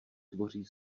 tvoří